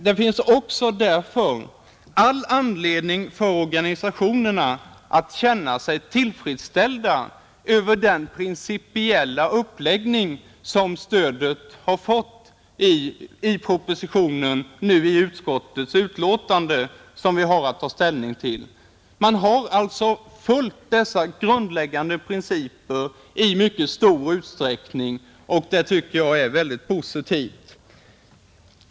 Det finns också all anledning för organisationerna att känna sig tillfredsställda över den principiella uppläggning som stödet har fått i propositionen och nu i utskottets betänkande, som vi har att ta ställning till. Man har alltså följt dessa grundläggande principer i mycket stor utsträckning, vilket jag tycker är väldigt positivt.